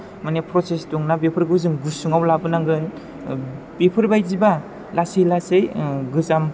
माने प्रसेस दं ना बेफोरखौ जों गुसुङाव लाबोनांगोन बेफोरबायदिबा लासै लासै गोजाम